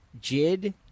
Jid